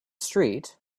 street